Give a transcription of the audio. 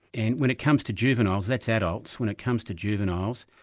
and when it comes to juveniles, that's adults, when it comes to juveniles,